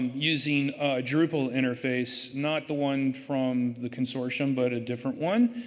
using drupal interface, not the one from the consortium, but a different one,